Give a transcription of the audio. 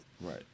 Right